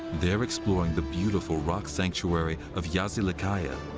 they're exploring the beautiful rock sanctuary of yazilikaya,